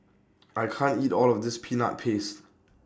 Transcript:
I can't eat All of This Peanut Paste